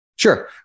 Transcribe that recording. Sure